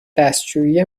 دستشویی